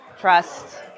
trust